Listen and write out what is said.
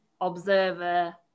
observer